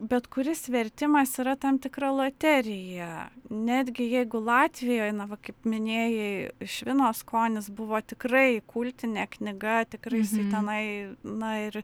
bet kuris vertimas yra tam tikra loterija netgi jeigu latvijoj na va kaip minėjai švino skonis buvo tikrai kultinė knyga tikrai tenai na ir